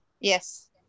Yes